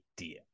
idea